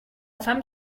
femme